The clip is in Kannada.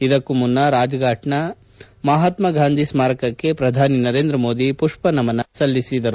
ಇದಕ್ಕೂ ಮುನ್ನ ರಾಜ್ಫಾಟ್ನಲ್ಲಿನ ಮಹಾತ್ಮಾ ಗಾಂಧಿ ಸ್ವಾರಕಕ್ಕೆ ಪ್ರಧಾನಿ ನರೇಂದ್ರ ಮೋದಿ ಪುಪ್ಪ ನಮನ ಸಲ್ಲಿಸಿದರು